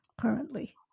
currently